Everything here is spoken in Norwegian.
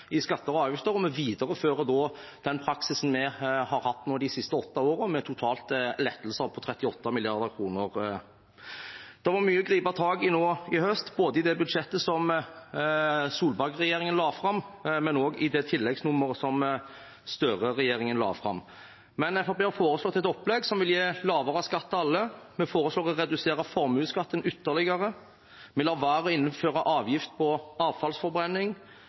i skatter og avgifter. Vi viderefører den praksisen vi har hatt de siste åtte årene, med lettelser på totalt 38 mill. kr. Det var mye å gripe tak i nå i høst, både i budsjettet som Solberg-regjeringen la fram, og i tilleggsnummeret som Støre-regjeringen la fram. Fremskrittspartiet har foreslått et opplegg som vil gi lavere skatt til alle. Vi foreslår å redusere formuesskatten ytterligere, vi lar være å innføre avgift på avfallsforbrenning,